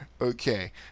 Okay